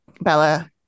Bella